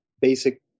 basic